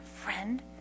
friend